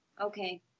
Okay